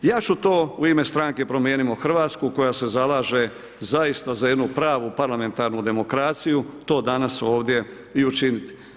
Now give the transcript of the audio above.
Ja ću to u ime stranke Promijenimo Hrvatsku, koja se zalaže zaista za jednu pravu parlamentarnu demokraciju, to danas ovdje i učiniti.